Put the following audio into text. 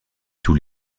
tous